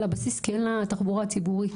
לבסיס, כי אין לה תחבורה ציבורית,